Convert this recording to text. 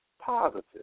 positive